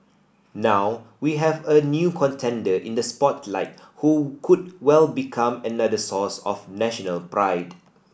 now we have a new contender in the spotlight who could well become another source of national pride